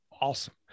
awesome